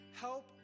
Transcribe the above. Help